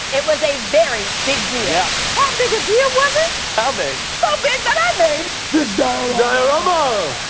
it was a very big deal. yeah. how big a deal was it? how big? so big that i made this diorama. diorama.